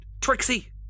Trixie